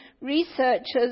researchers